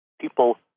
people